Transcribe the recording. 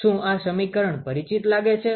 શું આ સમીકરણ પરિચિત લાગે છે